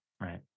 right